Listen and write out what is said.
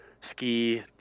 ski